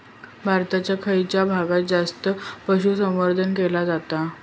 भारताच्या खयच्या भागात जास्त पशुसंवर्धन केला जाता?